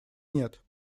нет